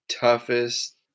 toughest